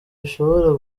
bishobora